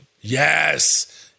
Yes